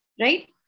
right